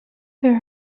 there